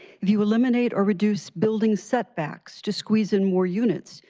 if you eliminate or reduce building setbacks to squeeze in more units,